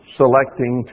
selecting